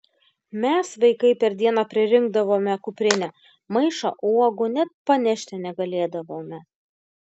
mes vaikai per dieną pririnkdavome kuprinę maišą uogų net panešti negalėdavome